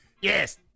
Yes